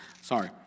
Sorry